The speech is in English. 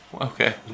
Okay